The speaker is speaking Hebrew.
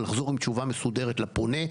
לחזור עם תשובה מסודרת לפונה.